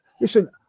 listen